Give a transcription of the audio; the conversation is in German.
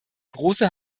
große